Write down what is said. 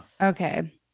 Okay